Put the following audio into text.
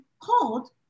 called